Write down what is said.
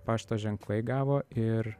pašto ženklai gavo ir